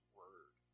word